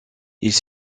ils